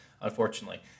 unfortunately